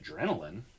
adrenaline